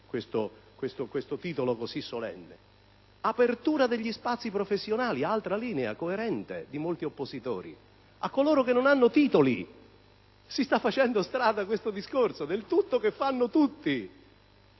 questo titolo così solenne. Apertura degli spazi professionali - altra linea coerente di molti oppositori - a coloro che non hanno titoli: si sta facendo strada questo discorso per cui tutti fanno tutto.